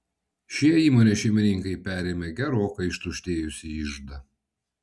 šie įmonės šeimininkai perėmė gerokai ištuštėjusį iždą